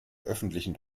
öffentlichen